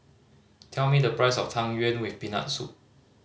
tell me the price of Tang Yuen with Peanut Soup